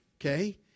okay